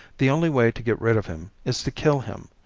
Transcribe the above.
the only way to get rid of him is to kill him,